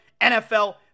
NFL